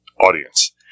audience